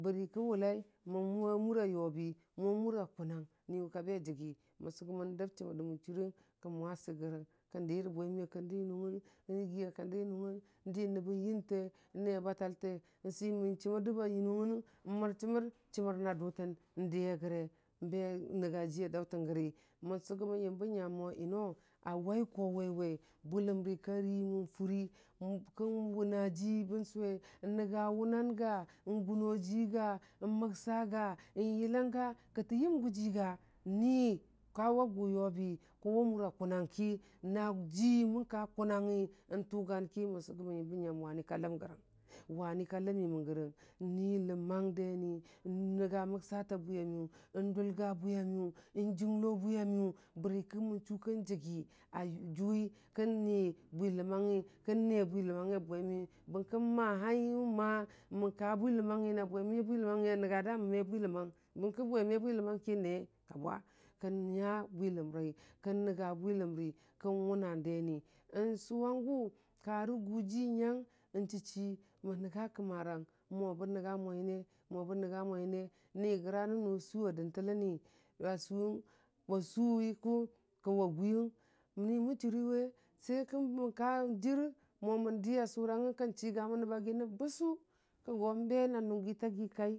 bərə kə wʊlai mə mʊwa mʊra yʊbi mʊwa mʊra kʊnang ni w ka be jəgi, mə sʊgʊmən dəb chəmər də mən chʊ rəng kən mwa sək gərəng kən dirə bwe miyʊ a kanda yʊnongnəng, yigi a randa yʊnongnəng di nəbbən yənte, ne batalte, nswimən chəmər da yʊnongnəng mər chəmər, chəmər hən a dʊtən dəye gəre nbe nəngu jiya daʊtəngəri mən sʊgʊmən yəmbən yam mo yʊnoo a wai kowaiwe bwiləmri kari mən furi kən bʊna jibən sʊwen, nənga wʊnan ya, gʊno jiiga, məksa ga, yəlyəlanga kətə yəm gʊji ga nii kawa gʊ yʊbi Iko wagʊ kʊnangki najii mən kakʊ nangyi tʊgun ki mən sʊgumən yəmbə nyam ka ləmgərəng ka ləməngərang, nui ləmang deni nənga məksatə bwiyamiyʊ, dʊlga bwiyami yʊ, jʊnglo bwiyamiyʊ bərə ki mən chʊ kən jəgi a vuwi kən nii bwiləmangji, kən ne bwiləmangyi a bwe miyʊwi, bərə ki mə hai hi ma mən ka bwiləmangyi na bwe me bwiləmangyi nənga da mə me bwiləmang, bərəki bwe me bwiləmang ki ne ka bwa, kən nyu bwi ləmmi, kən nənga bwiləmri, kən wʊna deni, sʊwangto karəgʊ ji nyang chichi mən nənga kəma rang mo bən nənga mo nyəne nigəra nənu a sʊwa jəntələnni wa sʊwi ku ki wa gwing niwʊ mən chʊnri wə jəri mən diya sʊr anyən kən chigʊ mən rə bagi nəb bʊsʊ kə go bə nən nʊnyiyi tagi kai.